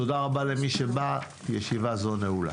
תודה רבה למי שבא הישיבה הזו נעולה.